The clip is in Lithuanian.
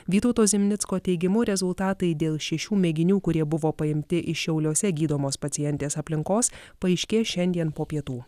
vytauto zimnicko teigimu rezultatai dėl šešių mėginių kurie buvo paimti iš šiauliuose gydomos pacientės aplinkos paaiškės šiandien po pietų